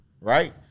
right